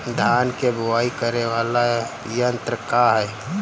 धान के बुवाई करे वाला यत्र का ह?